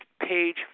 page